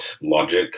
logic